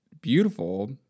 beautiful